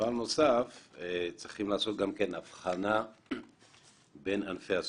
דבר נוסף, צריכים לעשות הבחנה בין ענפי הספורט.